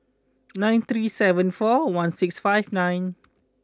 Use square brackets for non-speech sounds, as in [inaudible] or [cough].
[noise] nine three seven four one six five nine